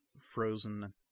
frozen